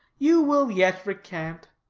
you will yet recant.